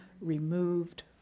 removed